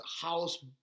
house